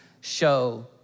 show